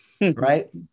Right